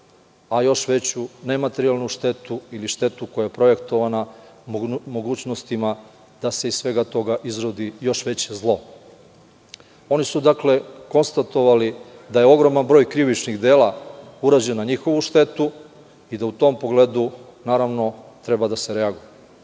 a još veću nematerijalnu štetu ili štetu koja je projektovana mogućnostima da se iz svega toga izrodi još veće zlo. Oni su konstatovali da je ogroman broj krivičnih dela urađen na njihovu štetu i da u tom pogledu, naravno, treba da se reaguje.